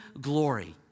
glory